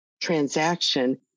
transaction